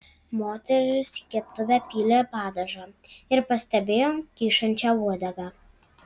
moteris į keptuvę pylė padažą ir pastebėjo kyšančią uodegą